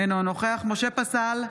אינו נוכח משה פסל,